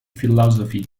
philosophy